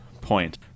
point